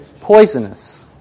poisonous